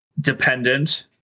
dependent